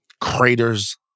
craters